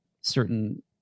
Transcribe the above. certain